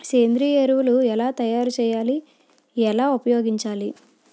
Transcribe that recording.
సేంద్రీయ ఎరువులు ఎలా తయారు చేయాలి? ఎలా ఉపయోగించాలీ?